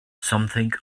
something